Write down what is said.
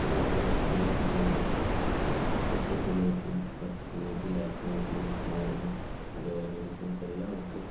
നമുക്ക് വാക്സിനേഷൻ ആണെങ്കിലും കൃത്യ സമയത്തും കറക്റ്റ് സമയത്തും വാക്സിനേഷനും മരുന്നും അതേപോലെ മെഡിസിൻസ് എല്ലാം നമുക്ക്